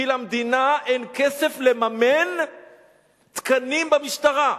כי למדינה אין כסף לממן תקנים במשטרה,